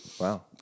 wow